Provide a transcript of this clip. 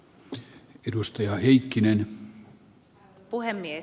arvoisa puhemies